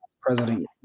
president